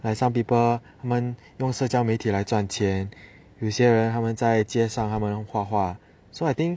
like some people 他们用社交媒体来赚钱有些人他们在街上他们画画 so I think